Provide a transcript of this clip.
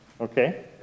Okay